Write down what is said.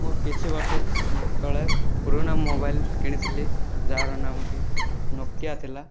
ମୁଁ କିଛି ବର୍ଷ ତଳେ ପୁରୁଣା ମୋବାଇଲ୍ କିଣିଥିଲି ଯାହାର ନାମଟି ନୋକିଆ ଥିଲା